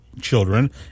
children